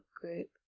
group